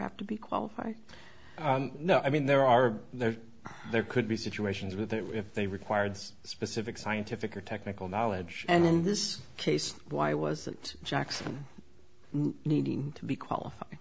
have to be qualified no i mean there are there there could be situations with that if they required specific scientific or technical knowledge and in this case why was that jackson needing to be qualified